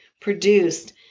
produced